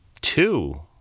two